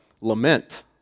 lament